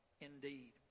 indeed